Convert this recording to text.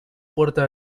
puerta